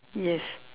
yes